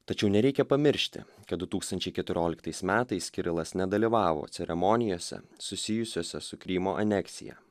tačiau nereikia pamiršti du tūkstančiai keturioliktais metais kirilas nedalyvavo ceremonijose susijusiose su krymo aneksija